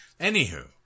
Anywho